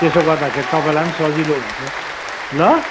त्यसो गर्दाखेरि तपाईँलाई पनि सजिलो हुन्छ ल